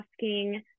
asking